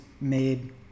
made